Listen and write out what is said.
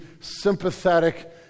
sympathetic